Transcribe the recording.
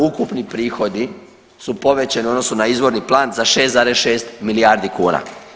Ukupni prihodi su povećani u odnosu na izvorni plan sa 6,6 milijardi kuna.